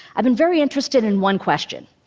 i've been very interested in one question.